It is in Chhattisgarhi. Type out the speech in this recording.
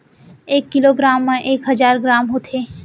एक किलो ग्राम मा एक हजार ग्राम होथे